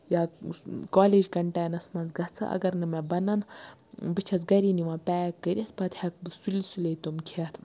یا کالج کَنٹینَس مَنٛز گَژھٕ اَگَر نہٕ مےٚ بَنَن بہٕ چھَس گَرے نِوان پیک کٔرِتھ پَتہٕ ہیٚکہِ بہٕ سُلہ سُلے تِم کھیٚتھ